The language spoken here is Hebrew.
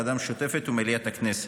הוועדה המשותפת ומליאת הכנסת.